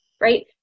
right